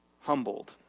humbled